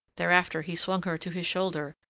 thereafter he swung her to his shoulder,